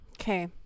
Okay